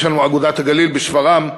יש לנו "אגודת הגליל" בשפרעם,